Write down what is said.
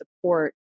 support